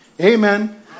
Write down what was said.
Amen